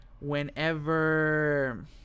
whenever